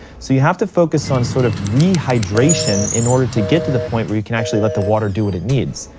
so you have to focus on sort of rehydration in order to get to the point where you can actually let the water do what it needs.